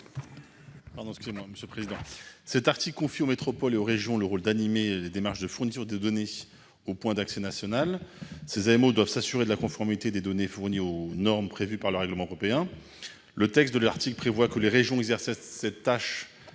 L'article 9 confie aux métropoles et aux régions le soin d'animer les démarches de fourniture des données au point d'accès national. Ces AOM doivent s'assurer de la conformité des données fournies aux normes fixées par le règlement européen. L'article prévoit que les régions assument cette tâche